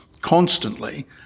constantly